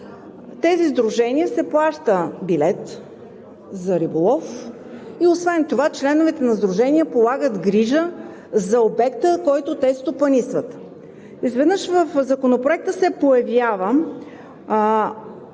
тези сдружения се плаща билет за риболов и освен това членовете на сдруженията полагат грижа за обекта, който те стопанисват. Изведнъж в Законопроекта се появява